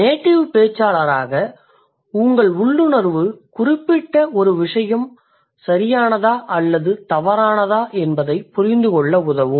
native பேச்சாளராக உங்கள் உள்ளுணர்வு குறிப்பிட்ட ஒரு விசயம் சரியானதா அல்லது தவறானதா என்பதைப் புரிந்துகொள்ள உதவும்